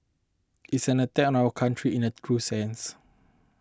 it's an attack on our country in a true sense